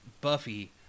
Buffy